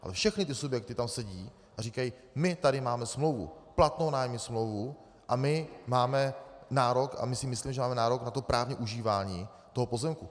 Ale všechny ty subjekty tam sedí a říkají: my tady máme smlouvu, platnou nájemní smlouvu, a my máme nárok a my si myslíme, že máme nárok na právní užívání toho pozemku.